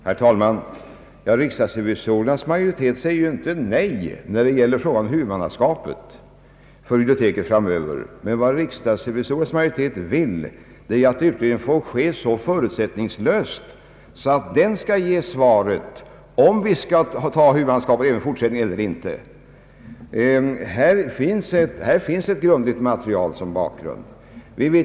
Herr talman! Riksdagsrevisorernas majoritet säger ju inte nej i fråga om huvudmannaskapet för biblioteket framöver. Men vad riksdagsrevisorernas majoritet vill är att utredningen får ske så förutsättningslöst att den kan ge svar på frågan om vi skall ta huvudansvaret även i fortsättningen eller inte. Här finns ett grundligt material som bakgrund.